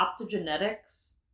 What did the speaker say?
optogenetics